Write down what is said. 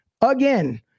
again